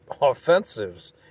offensives